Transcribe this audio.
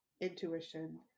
intuition